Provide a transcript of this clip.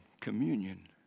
communion